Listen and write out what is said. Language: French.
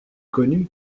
connu